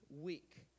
week